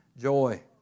Joy